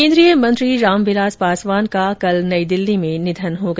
केन्द्रीय मंत्री रामविलास पासवान का कल नई दिल्ली में निधन हो गया